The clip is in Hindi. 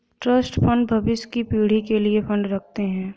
ट्रस्ट फंड भविष्य की पीढ़ी के लिए फंड रखते हैं